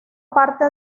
parte